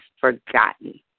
forgotten